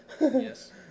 Yes